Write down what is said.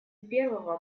первого